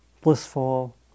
blissful